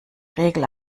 regel